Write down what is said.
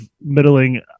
middling